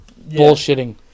bullshitting